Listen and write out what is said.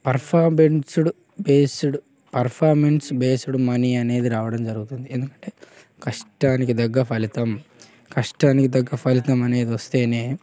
పర్ఫామెన్స్డ్ based performance based money అనేది రావడం జరుగుతుంది ఎందుకంటే కష్టానికి తగ్గ ఫలితం కష్టానికి తగ్గ ఫలితం అనేది వస్తేనే